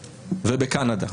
ובקנדה.